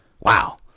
Wow